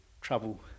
trouble